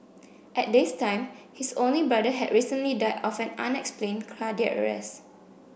at this time his only brother had recently died of an unexplained cardiac arrest